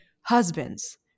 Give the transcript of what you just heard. husbands